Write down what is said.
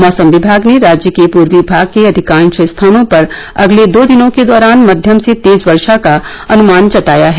मौसम विभाग ने राज्य के पूर्वी भाग के अधिकांश स्थानों पर अगले दो दिनों के दौरान मध्यम से तेज वर्षा का अनुमान जताया है